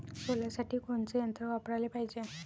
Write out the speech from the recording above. सोल्यासाठी कोनचं यंत्र वापराले पायजे?